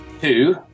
Two